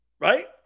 Right